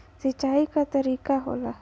सिंचाई क तरीका होला